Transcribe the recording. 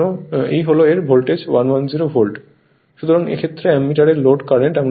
সুতরাং এক্ষেত্রে অ্যামমিটার এর লোড কারেন্ট আমরা পাই